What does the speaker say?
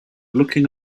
looking